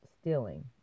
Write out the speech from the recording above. Stealing